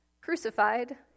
crucified